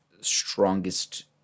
strongest